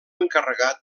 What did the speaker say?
encarregat